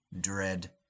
dread